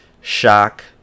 shock